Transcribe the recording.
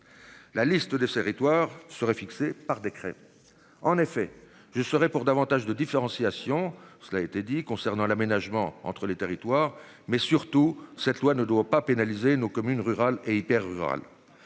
La liste des séries Touaregs serait fixé par décret. En effet, je serais pour davantage de différenciation cela a été dit concernant l'aménagement entre les territoires. Mais surtout, cette loi ne doit pas pénaliser nos communes rurales et hyper rural.